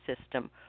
system